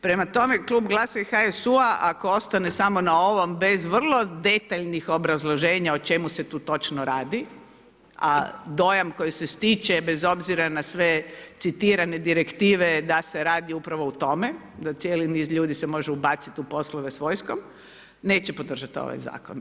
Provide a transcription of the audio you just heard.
Prema tome, klub GLAS-a i HSU-a ako ostane samo na ovom bez vrlo detaljnih obrazloženja o čemu se tu točno radi a dojam koji se stiče bez obzira na sve citirane direktive je da se radi upravo u tome, da cijeli niz ljudi se može ubaciti u poslove s vojskom, neće podržati ovaj zakon.